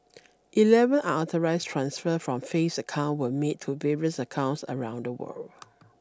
eleven unauthorised transfers from Faith's account were made to various accounts around the world